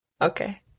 okay